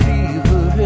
Fever